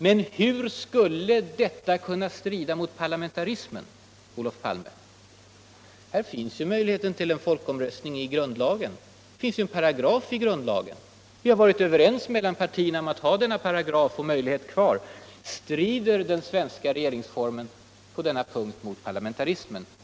Men hur skulle detta kunna strida mot parlamentarismen, Olof Palme? Här finns ju möjligheten till en folkomröstning genom en paragraf om detta i grundlagen. Partierna har varit överens om att ha den möjligheten kvar. Strider den svenska regeringsformen på denna punkt mot parlamentarismen”?